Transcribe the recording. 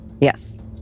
Yes